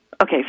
okay